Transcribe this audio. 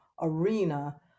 arena